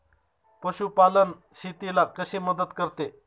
पशुपालन शेतीला कशी मदत करते?